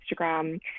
Instagram